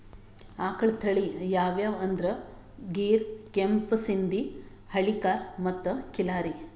ಆಕಳ್ ತಳಿ ಯಾವ್ಯಾವ್ ಅಂದ್ರ ಗೀರ್, ಕೆಂಪ್ ಸಿಂಧಿ, ಹಳ್ಳಿಕಾರ್ ಮತ್ತ್ ಖಿಲ್ಲಾರಿ